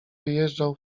wyjeżdżał